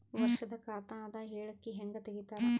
ವರ್ಷದ ಖಾತ ಅದ ಹೇಳಿಕಿ ಹೆಂಗ ತೆಗಿತಾರ?